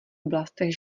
oblastech